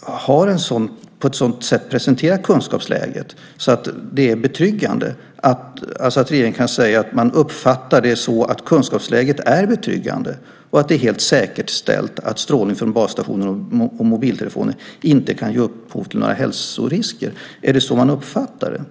har presenterat kunskapsläget på ett sådant sätt att regeringen kan säga att man uppfattar att kunskapsläget är betryggande och att det är helt säkerställt att strålning från basstationer och mobiltelefoner inte kan ge upphov till några hälsorisker. Är det så man uppfattar det?